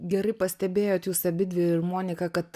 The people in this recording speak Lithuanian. gerai pastebėjot jūs abidvi ir monika kad